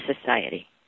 society